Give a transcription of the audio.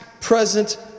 present